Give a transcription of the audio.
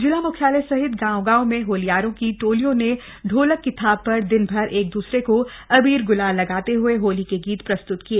जिला मुख्यालय सहित गांव गांव में होल्यारों की टोलियों ने शोलक की थाप पर दिन भर एक द्सरे को अबीर गूलाल लगाते हुए होली के गीत प्रस्तृत किए